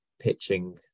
pitching